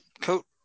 coat